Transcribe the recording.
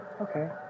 Okay